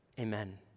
Amen